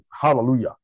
Hallelujah